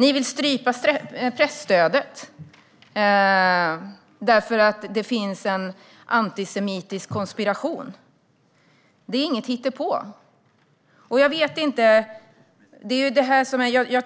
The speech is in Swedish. Ni vill strypa presstödet och talar i antisemitisk anda om en konspiration. Det är inget hittepå. Jag